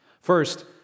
First